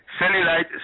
Cellulite